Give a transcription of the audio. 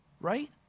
right